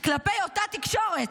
כלפי אותה תקשורת,